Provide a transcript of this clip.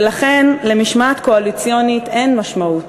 ולכן למשמעת קואליציונית אין משמעות.